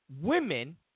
women